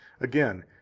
Again